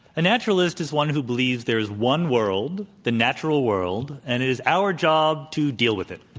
a naturalist is one who believes there is one world, the natural world. and it is our job to deal with it.